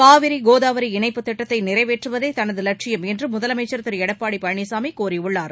காவிரி கோதாவரி இணைப்பு திட்டத்தை நிறைவேற்றுவதே தனது லட்சியம் என்று முதலமைச்சர் திரு எடப்பாடி பழனிசாமி கூறியுள்ளார்